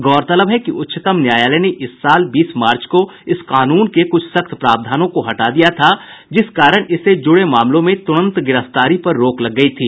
गौरतलब है कि उच्चतम न्यायालय ने इस साल बीस मार्च को इस कानून के कुछ सख्त प्रावधानों को हटा दिया था जिस कारण इससे ज़ुड़े मामलों में त़ुरंत गिरफ्तारी पर रोक लग गयी थी